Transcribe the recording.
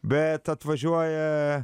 bet atvažiuoja